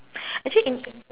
actually in